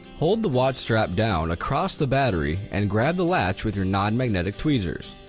hold the watch strap down across the battery and grab the latch with your non-magnetic tweezers.